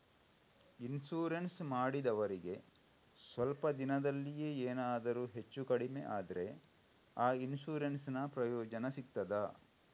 Insurance ಮಾಡಿದವರಿಗೆ ಸ್ವಲ್ಪ ದಿನದಲ್ಲಿಯೇ ಎನಾದರೂ ಹೆಚ್ಚು ಕಡಿಮೆ ಆದ್ರೆ ಆ ಇನ್ಸೂರೆನ್ಸ್ ನ ಪ್ರಯೋಜನ ಸಿಗ್ತದ?